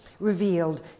Revealed